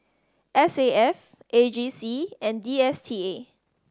S A F A G C and D S T A